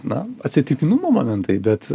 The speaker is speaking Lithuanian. na atsitiktinumo momentai bet